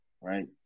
right